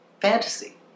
fantasy